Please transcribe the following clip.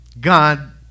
God